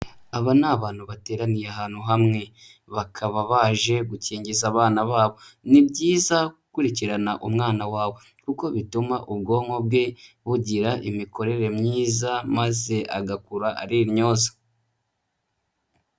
Aba ni abantu bateraniye ahantu hamwe. Bakaba baje gukingiza abana babo, ni byiza gukurikirana umwana wawe kuko bituma ubwonko bwe bugira imikorere myiza maze agakura ari intyoza.